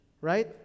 Right